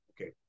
okay